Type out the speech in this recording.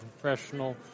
professional